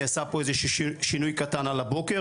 נעשה פה איזה שינוי קטן על הבוקר,